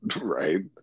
Right